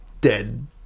dead